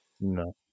No